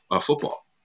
football